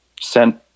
sent